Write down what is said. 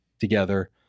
together